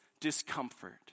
discomfort